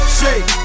shake